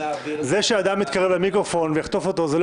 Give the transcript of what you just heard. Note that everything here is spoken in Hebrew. זה שאדם מתקרב למיקרופון וחוטף אותו זה לא